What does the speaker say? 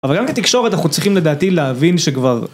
אבל גם כתקשורת אנחנו צריכים לדעתי להבין שכבר...